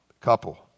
couple